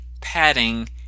padding